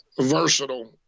versatile